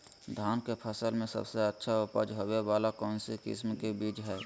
धान के फसल में सबसे अच्छा उपज होबे वाला कौन किस्म के बीज हय?